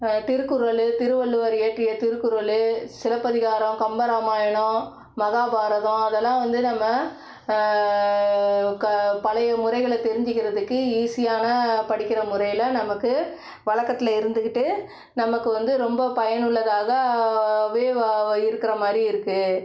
திருக்குறள் திருவள்ளுவர் இயற்றிய திருக்குறள் சிலப்பதிகாரம் கம்பராமாயணம் மகாபாரதம் அதெல்லாம் வந்து நம்ம பழைய க முறைகளை தெரிஞ்சுக்கிறதுக்கு ஈஸியான படிக்கிற முறையில் நமக்கு வழக்கத்துல இருந்துகிட்டு நமக்கு வந்து ரொம்ப பயனுள்ளதாக இருக்கிற மாதிரி இருக்குது